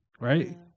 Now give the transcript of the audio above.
right